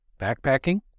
backpacking